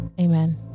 Amen